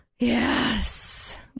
Yes